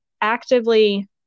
actively